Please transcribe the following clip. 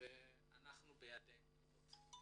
ואנחנו בידיים טובות.